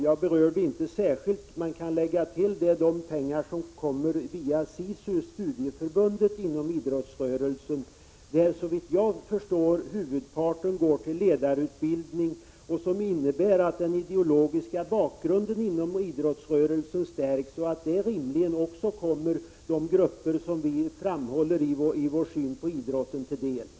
Jag berörde inte särskilt, men jag kan lägga till det, de pengar som kommer via SISU, idrottsrörelsens studieförbund. Såvitt jag förstår, går huvudparten av de pengarna till ledarutbildning, varigenom den ideologiska bakgrunden inom idrottsrörelsen förstärks. Också detta kommer rimligen de grupper till del som vi är särskilt måna om att tillgodose.